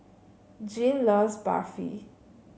Jeanne loves Barfi